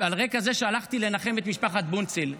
על רקע זה שהלכתי לנחם את משפחת בונצל,